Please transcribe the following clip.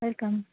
welcome